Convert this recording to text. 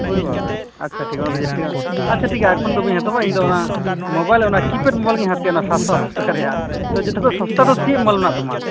ᱚᱨᱮ ᱵᱟᱵᱨᱮ ᱟᱪᱪᱷᱟ ᱴᱷᱤᱠ ᱚᱱᱟ ᱫᱚ ᱡᱟᱹᱥᱛᱤ ᱫᱟᱢ ᱟᱪᱪᱷᱟ ᱴᱷᱤᱠ ᱜᱮᱭᱟ ᱟᱭ ᱯᱷᱳᱱ ᱫᱚ ᱵᱟᱹᱧ ᱦᱟᱛᱟᱣᱟ ᱤᱧ ᱫᱚ ᱚᱱᱟ ᱢᱳᱵᱟᱭᱤᱞ ᱚᱱᱟ ᱠᱤᱯᱮᱰ ᱢᱳᱵᱟᱭᱤᱞ ᱜᱮᱭ ᱦᱟᱛᱟᱣᱟ ᱚᱱᱟ ᱥᱟᱛ ᱥᱚ ᱟᱴᱥᱚ ᱴᱟᱠᱟ ᱨᱮᱭᱟᱜ ᱛᱚ ᱡᱚᱛᱚ ᱠᱷᱚᱡ ᱥᱚᱥᱛᱟ ᱫᱚ ᱪᱮᱫ ᱢᱟᱞ ᱢᱮᱱᱟᱜ ᱛᱟᱢᱟ